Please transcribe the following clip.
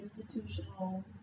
institutional